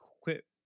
quit